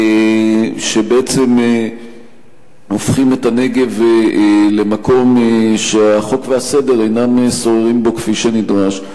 שבעצם הופכים את הנגב למקום שהחוק והסדר אינם שוררים בו כפי שנדרש.